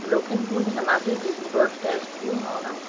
Lakhimpur Dhemaji Dibrugarh Tezpur Nagaon